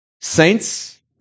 saints